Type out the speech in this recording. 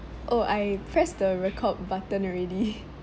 oh I press the record button already